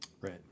Right